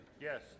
Yes